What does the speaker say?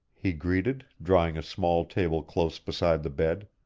he greeted, drawing a small table close beside the bed.